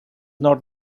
not